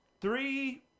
three